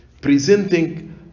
presenting